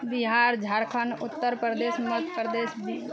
Bihar Jharkhand Uttar Pradesh Madhya Pradesh